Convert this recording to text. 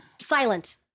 Silent